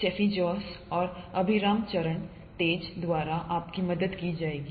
Steffi Jose और अभिराम चरण तेज द्वारा आपकी मदद की जाएगी